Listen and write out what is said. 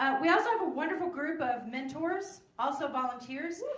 we also have a wonderful group ah of mentors also volunteers.